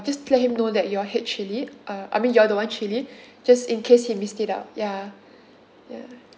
just let him know that you all hate chilli uh I mean you all don't want chili just in case he missed it out ya ya